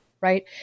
Right